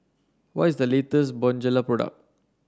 what is the latest Bonjela product